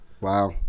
Wow